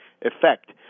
effect